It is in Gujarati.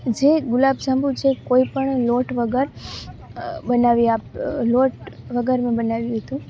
જે ગુલાબ જાંબુ છે કોઈ પણ લોટ વગર બનાવી આપ લોટ વગરનું બનાવ્યું હતું